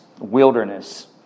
Wilderness